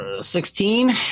sixteen